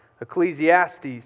Ecclesiastes